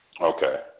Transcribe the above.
okay